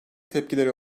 tepkilere